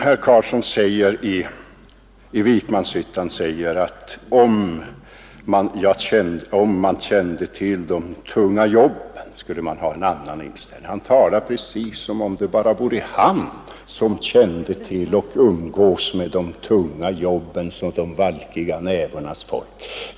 Herr Carlsson i Vikmanshyttan säger att om man kände till de tunga jobben så skulle man ha en annan inställning. Han talar som om det bara var han som kände till och umgicks med de tunga jobbens och de valkiga nävarnas folk.